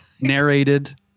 narrated